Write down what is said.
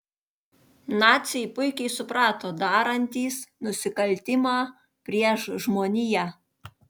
naciai puikiai suprato darantys nusikaltimą prieš žmoniją